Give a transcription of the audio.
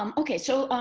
um okay. so